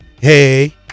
hey